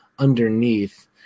underneath